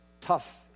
tough